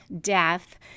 death